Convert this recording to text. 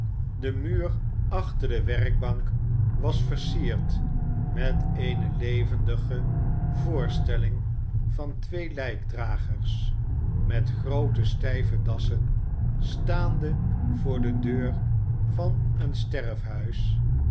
de muur achter de werkbank was versierd met eene levendige voorstelling van twee lijkdragers met groote stijve dassen staande voor de deur van een